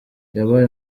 yabaye